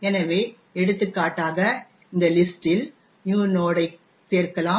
எனவே எடுத்துக்காட்டாக இந்த லிஸஂடஂ இல் நியூ நோட் ஐ சேர்க்கலாம்